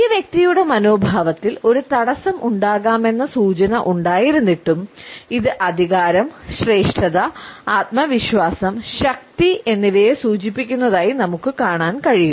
ഈ വ്യക്തിയുടെ മനോഭാവത്തിൽ ഒരു തടസ്സം ഉണ്ടാകാമെന്ന സൂചന ഉണ്ടായിരുന്നിട്ടും ഇത് അധികാരം ശ്രേഷ്ഠത ആത്മവിശ്വാസം ശക്തി എന്നിവയെ സൂചിപ്പിക്കുന്നതായി നമുക്ക് കാണാൻ കഴിയും